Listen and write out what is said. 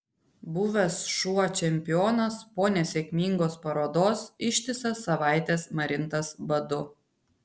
buvęs šuo čempionas po nesėkmingos parodos ištisas savaites marintas badu